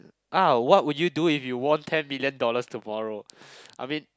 ah what would you do if you won ten million dollars tomorrow I mean